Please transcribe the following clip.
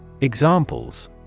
Examples